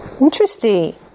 Interesting